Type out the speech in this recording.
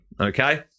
okay